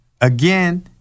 again